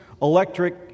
electric